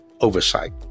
oversight